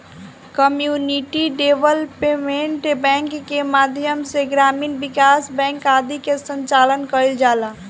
community development bank के माध्यम से ग्रामीण विकास बैंक आदि के संचालन कईल जाला